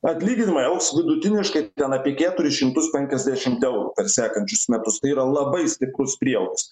atlyginimai augs vidutiniškai ten apie keturis šimtus penkiasdešimt eurų per sekančius metus tai yra labai stiprus prieaugis